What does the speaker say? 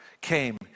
came